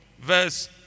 verse